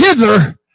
hither